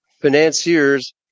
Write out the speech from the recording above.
financiers